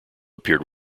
appeared